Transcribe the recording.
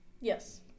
Yes